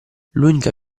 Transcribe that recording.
l’unica